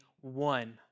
one